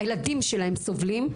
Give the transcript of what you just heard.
הילדים שלהם סובלים.